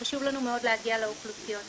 וחשוב לנו להגיע לאוכלוסיות האלה.